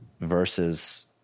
versus